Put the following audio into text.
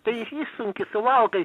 tai iš išsunki suvalgai